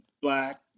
black